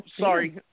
sorry